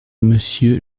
monsieur